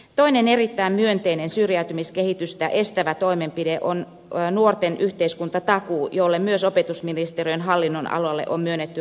toinen erittäin myönteinen syrjäytymiskehitystä estävä toimenpide on nuorten yhteiskuntatakuu jolle myös opetusministeriön hallinnonalalle on myönnetty rahoitusta